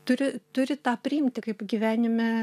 turi turi tą priimti kaip gyvenime